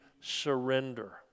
surrender